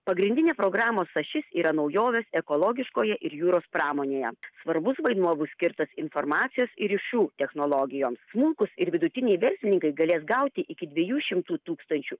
pagrindinė programos ašis yra naujovės ekologiškoje ir jūros pramonėje svarbus vaidmuo bus skirtas informacijos ir ryšių technologijoms smulkūs ir vidutiniai verslininkai galės gauti iki dvejų šimtų tūkstančių